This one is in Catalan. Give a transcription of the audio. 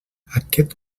aquest